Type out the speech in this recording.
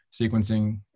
sequencing